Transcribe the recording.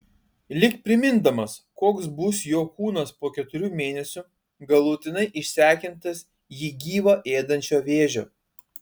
lyg primindamas koks bus jo kūnas po keturių mėnesių galutinai išsekintas jį gyvą ėdančio vėžio